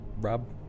Rob